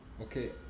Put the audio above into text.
Okay